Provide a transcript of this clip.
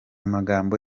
magambo